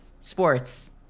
sports